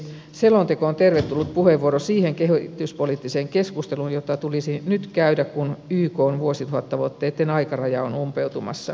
selonteko on tervetullut puheenvuoro siihen kehityspoliittiseen keskusteluun jota tulisi nyt käydä kun ykn vuosituhattavoitteitten aikaraja on umpeutumassa